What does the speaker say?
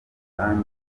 kandi